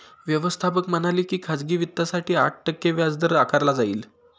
व्यवस्थापक म्हणाले की खाजगी वित्तासाठी आठ टक्के व्याजदर आकारला जाईल